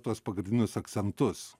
tuos pagrindinius akcentus